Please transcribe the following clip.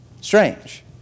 strange